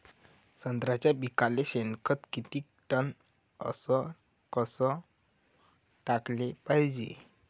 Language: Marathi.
संत्र्याच्या पिकाले शेनखत किती टन अस कस टाकाले पायजे?